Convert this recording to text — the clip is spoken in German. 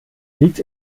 liegt